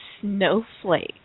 snowflake